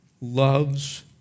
loves